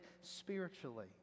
spiritually